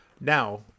now